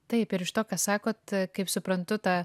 taip ir iš to ką sakot kaip suprantu tą